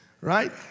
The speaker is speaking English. right